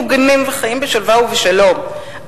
מוגנים וחיים בשלווה ובשלום,